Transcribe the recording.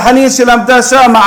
על חנין שלמדה שם,